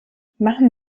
machen